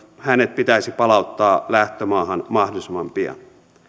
hänet pitäisi palauttaa lähtömaahan mahdollisimman pian